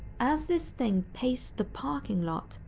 as this thing paced the parking lot,